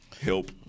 help